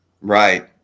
Right